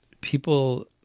People